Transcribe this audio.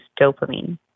dopamine